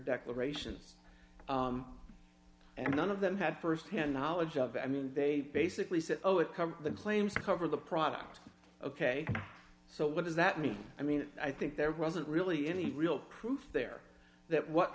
declarations and none of them had firsthand knowledge of i mean they basically said oh it's cover the claims to cover the product ok so what does that mean i mean i think there wasn't really any real proof there that what